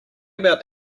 about